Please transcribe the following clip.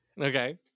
Okay